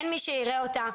אין מי שיראה אותה.